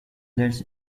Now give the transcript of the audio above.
lends